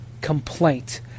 complaint